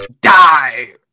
die